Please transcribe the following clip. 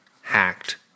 hacked